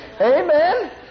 Amen